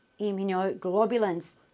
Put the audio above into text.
immunoglobulins